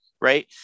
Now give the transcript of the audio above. right